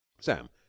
Sam